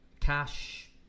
Cash